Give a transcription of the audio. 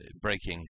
breaking